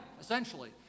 essentially